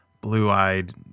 blue-eyed